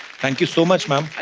thank you so much, ma'am.